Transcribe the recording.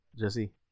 Jesse